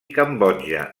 cambodja